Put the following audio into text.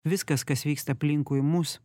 viskas kas vyksta aplinkui mus